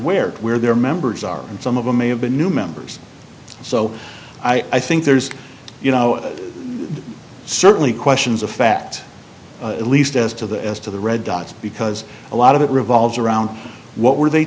where where their members are and some of them may have been new members so i think there's you know certainly questions of fact at least as to the as to the red dots because a lot of it revolves around what were they